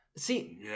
See